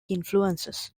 influences